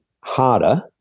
harder